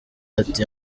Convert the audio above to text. ati